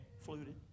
fluted